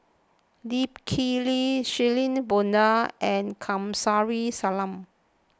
Lee Kip Lee Shirin Fozdar and Kamsari Salam